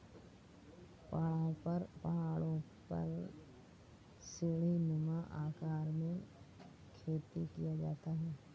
पहाड़ों पर सीढ़ीनुमा आकार में खेती किया जाता है